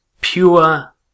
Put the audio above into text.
pure